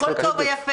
הכול טוב ויפה,